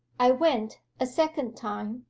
i went, a second time,